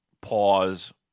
pause